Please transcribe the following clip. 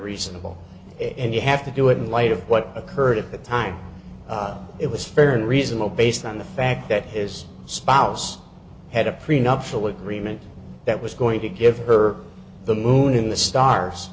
reasonable and you have to do it in light of what occurred at the time it was fair and reasonable based on the fact that his spouse had a prenuptial agreement that was going to give her the moon the stars